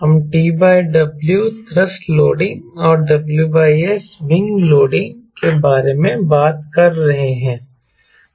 हम TW thrust loading और WS wing loading के बारे में बात कर रहे हैं